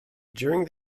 during